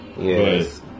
Yes